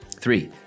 Three